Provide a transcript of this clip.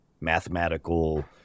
mathematical